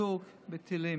פסוק מתהילים,